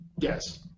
Yes